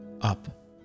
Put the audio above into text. Up